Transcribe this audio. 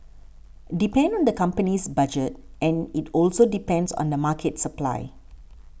depend on the company's budget and it also depends on the market supply